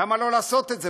למה לא לעשות את זה?